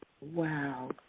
Wow